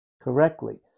correctly